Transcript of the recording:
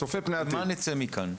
עם מה נצא מכאן?